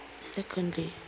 Secondly